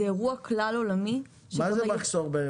זה אירוע כלל עולמי --- מה זה מחסור?